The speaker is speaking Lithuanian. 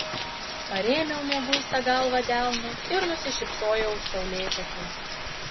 parėmiau mieguistą galvą delnu ir nusišypsojau saulėtekiui